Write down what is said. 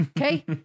okay